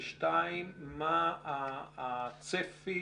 ומה הצפי